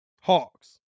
Hawks